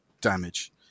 damage